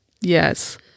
Yes